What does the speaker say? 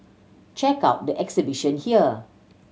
check out the exhibition here